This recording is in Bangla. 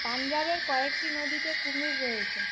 পাঞ্জাবের কয়েকটি নদীতে কুমির রয়েছে